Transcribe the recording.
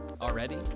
already